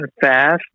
fast